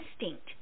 instinct